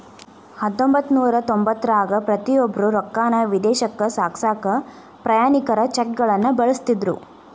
ಹತ್ತೊಂಬತ್ತನೂರ ತೊಂಬತ್ತರಾಗ ಪ್ರತಿಯೊಬ್ರು ರೊಕ್ಕಾನ ವಿದೇಶಕ್ಕ ಸಾಗ್ಸಕಾ ಪ್ರಯಾಣಿಕರ ಚೆಕ್ಗಳನ್ನ ಬಳಸ್ತಿದ್ರು